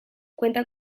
cuenta